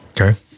Okay